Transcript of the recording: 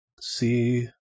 see